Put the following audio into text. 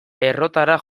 errotara